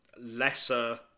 lesser